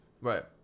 Right